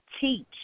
teach